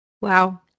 wow